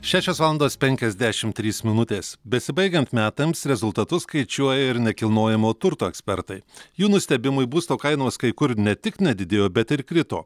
šešios valandos penkiasdešim trys minutės besibaigiant metams rezultatus skaičiuoja ir nekilnojamo turto ekspertai jų nustebimui būsto kainos kai kur ne tik nedidėjo bet ir krito